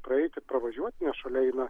praeiti pravažiuoti nes šalia eina